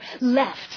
left